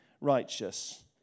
righteous